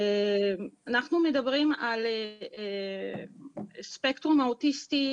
אנחנו מדברים לא רק על הספקטרום האוטיסטי.